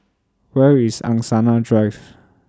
Where IS Angsana Drive